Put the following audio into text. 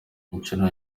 inshuro